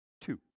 Two